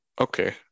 Okay